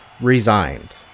resigned